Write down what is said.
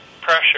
pressure